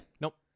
Nope